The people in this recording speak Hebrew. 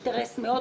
בעלי אינטרס.